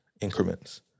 increments